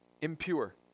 impure